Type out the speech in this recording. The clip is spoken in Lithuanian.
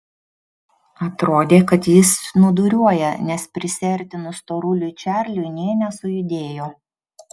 atrodė kad jis snūduriuoja nes prisiartinus storuliui čarliui nė nesujudėjo